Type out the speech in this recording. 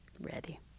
Ready